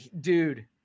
dude